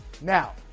Now